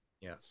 Yes